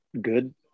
good